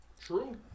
True